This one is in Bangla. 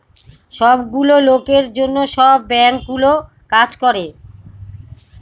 সব গুলো লোকের জন্য সব বাঙ্কগুলো কাজ করে